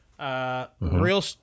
Real